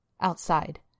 Outside